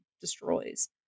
destroys